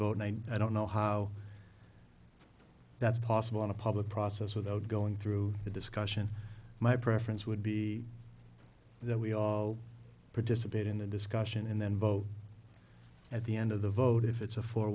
vote and i don't know how that's possible in a public process without going through the discussion my preference would be that we all participate in the discussion and then vote at the end of the vote if it's a four